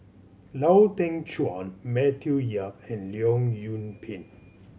Lau Teng Chuan Matthew Yap and Leong Yoon Pin